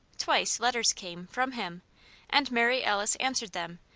twice, letters came from him and mary alice answered them,